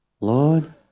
Lord